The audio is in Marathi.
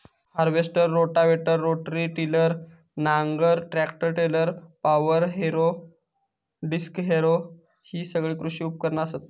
हार्वेस्टर, रोटावेटर, रोटरी टिलर, नांगर, tractor trailer, power harrow, disc harrow हि सगळी कृषी उपकरणा असत